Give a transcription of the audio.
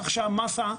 כך שהמסה,